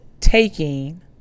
taking